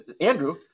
Andrew